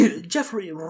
Jeffrey